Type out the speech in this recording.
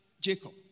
Jacob